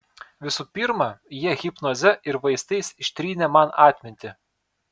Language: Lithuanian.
visų pirma jie hipnoze ir vaistais ištrynė man atmintį